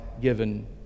given